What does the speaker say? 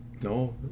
No